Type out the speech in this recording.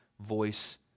voice